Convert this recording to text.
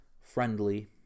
friendly